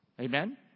Amen